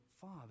father